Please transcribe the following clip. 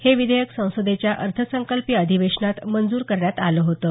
हे विधेयक संसदेच्या अर्थसंकल्पीय अधिवेशनात मंजूर करण्यात आलं होतं